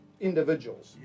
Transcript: individuals